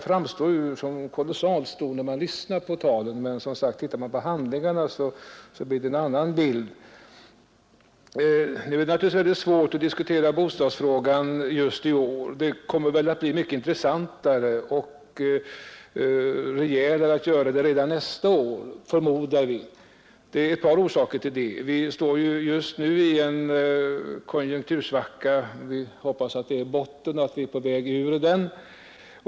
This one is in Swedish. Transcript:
De framstår som kolossalt stora när man lyssnar på talen, men tittar man på handlingarna blir det, som sagt, en annan bild. Nu är det naturligtvis mycket svårt att diskutera bostadsfrågan just i år. Diskussionen kommer att bli mycket intressantare och rejälare redan nästa år, förmodar vi, och det finns ett par orsaker till det. Vi står just nu i en konjunktursvacka; vi hoppas att den har nått sin botten och att vi är på väg ur den.